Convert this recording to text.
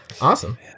Awesome